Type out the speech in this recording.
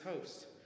host